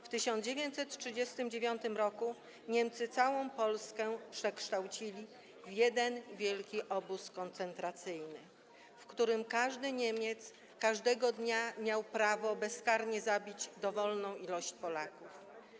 W 1939 r. Niemcy całą Polskę przekształcili w jeden wielki obóz koncentracyjny, w którym każdy Niemiec każdego dnia miał prawo bezkarnie zabić dowolną liczbę Polaków.